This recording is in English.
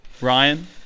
Ryan